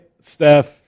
Steph